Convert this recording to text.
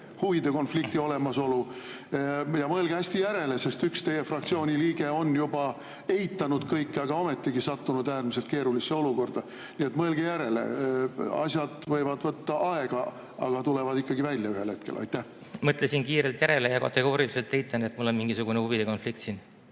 huvide konflikti olemasolu? Ja mõelge hästi järele, sest üks teie fraktsiooni liige on juba eitanud kõike, aga ometigi sattunud äärmiselt keerulisse olukorda. Nii et mõelge järele! Asjad võivad aega võtta, aga tulevad ikkagi ühel hetkel välja. Mõtlesin kiirelt järele ja kategooriliselt eitan, et mul on siin mingisugune huvide konflikt.